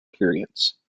periods